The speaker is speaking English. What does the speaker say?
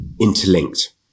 interlinked